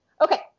Okay